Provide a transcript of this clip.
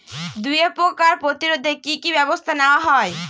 দুয়ে পোকার প্রতিরোধে কি কি ব্যাবস্থা নেওয়া হয়?